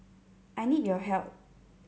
I need your help